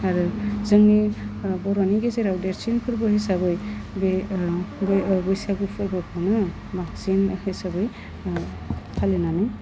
आरो जोंनि बर'नि गेजेराव देरसिन फोरबो हिसाबै बे ओह बे ओह बैसागु फोरबोखौनो बांसिन हिसाबै ओह फालिनानै